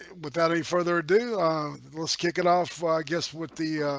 without any further ado let's kick it off. i guess with the